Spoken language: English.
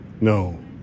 No